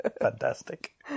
Fantastic